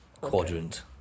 quadrant